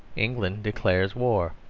england declares war.